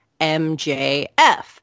MJF